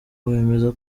bemeza